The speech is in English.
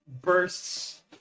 bursts